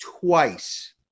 twice